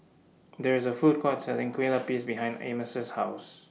There IS A Food Court Selling Kue Lupis behind Amos' House